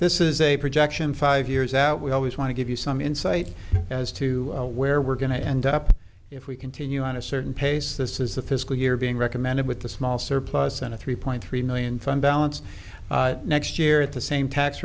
this is a projection five years out we always want to give you some insight as to where we're going to end up if we continue on a certain pace this is the fiscal year being recommended with the small surplus and a three point three million fund balance next year at the same tax